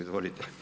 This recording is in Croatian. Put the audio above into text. Izvolite.